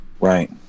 Right